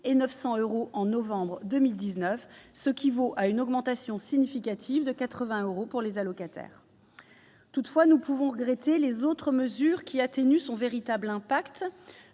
et 900 euros en novembre 2019, ce qui équivaut à une augmentation significative de 80 euros pour les allocataires. Toutefois, nous regrettons que d'autres mesures atténuent son véritable impact.